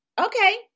Okay